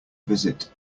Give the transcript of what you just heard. visit